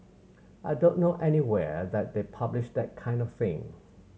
I don't know anywhere that they publish that kind of thing